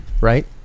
right